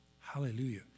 Hallelujah